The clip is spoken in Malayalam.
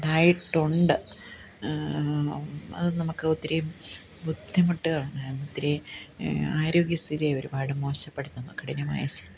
ഉണ്ടായിട്ടുണ്ട് അത് നമുക്ക് ഒത്തിരി ബുദ്ധിമുട്ടുകളുണ്ടായിരുന്നു ഒത്തിരി ആരോഗ്യസ്ഥിതിയെ ഒരുപാട് മോശപ്പെടുത്തുന്ന കഠിനമായ ശ